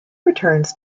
returns